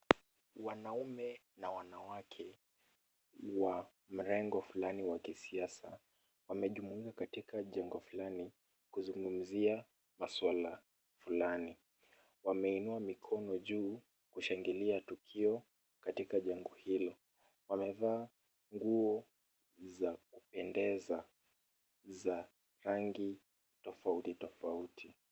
Wanaume na wanawake wa mrengo fulani wa kisiasa wamejumuika katika jengo fulani kuzungumzia masuala fulani. Wameinua mikono juu kushangilia tukio katika jengo hilo. Wamevaa nguo za kupendeza za rangi tofauti tofauti.